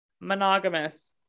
Monogamous